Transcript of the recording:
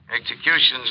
Execution's